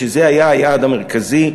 שזה היה היעד המרכזי.